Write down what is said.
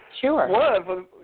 sure